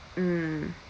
mm